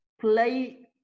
play